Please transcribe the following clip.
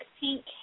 pink